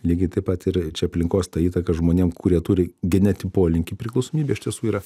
lygiai taip pat ir čia aplinkos ta įtaka žmonėm kurie turi genetinį polinkį priklausomybė iš tiesų yra